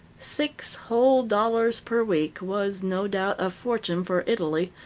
six whole dollars per week was, no doubt, a fortune for italy,